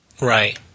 Right